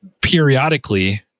Periodically